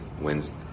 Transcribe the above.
Wednesday